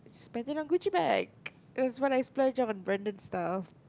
spending on Gucci bag this is what I splurge on branded stuff